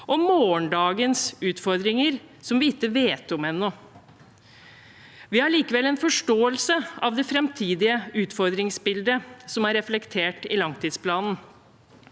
og morgendagens utfordringer, som vi ikke vet om ennå. Vi har likevel en forståelse av det framtidige utfordringsbildet som er reflektert i langtidsplanen.